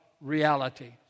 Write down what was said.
reality